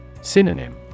Synonym